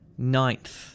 Ninth